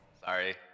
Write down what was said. Sorry